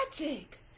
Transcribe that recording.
magic